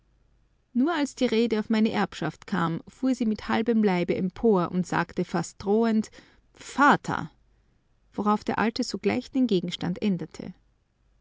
nur als die rede auf meine erbschaft kam fuhr sie mit halbem leibe empor und sagte fast drohend vater worauf der alte sogleich den gegenstand änderte